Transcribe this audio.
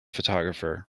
photographer